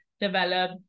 develop